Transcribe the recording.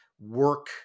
work